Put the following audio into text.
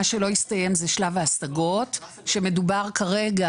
מה שלא הסתיים זה שלב ההשגות שמדובר כרגע